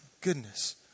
goodness